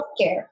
healthcare